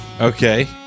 Okay